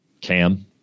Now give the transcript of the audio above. Cam